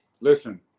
listen